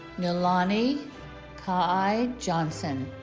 nalani kai johnson